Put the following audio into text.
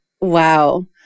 wow